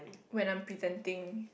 when I am presenting